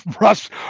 Russ